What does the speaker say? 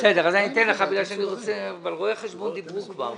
אני רוצה להתמקד כרגע בנושאים שעלו בדיון ובמיוחד על דבר אחד.